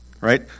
Right